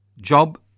Job